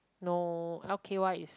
no okay what is